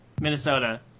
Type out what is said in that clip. Minnesota